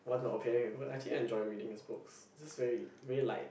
what's my opinion on him I actually enjoy reading his books it's just very very light